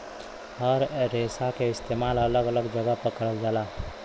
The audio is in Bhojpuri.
हर रेसा क इस्तेमाल अलग अलग जगह पर करल जाला